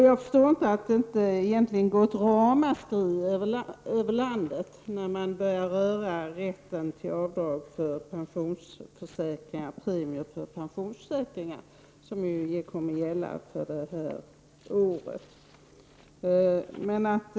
Jag förstår inte att det inte går ett ramaskri över landet när man börjar röra rätten till avdrag för premier för pensionsförsäkringar. Det beslutet kommer ju att gälla för det här årets premieinbetalningar.